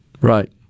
Right